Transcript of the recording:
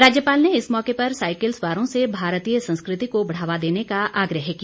राज्यपाल ने इस मौके पर साइकिल सवारों से भारतीय संस्कृति को बढ़ावा देने का आग्रह किया